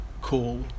call